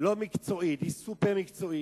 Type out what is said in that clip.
לא מקצועית, היא סופר-מקצועית.